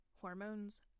hormones